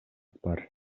бар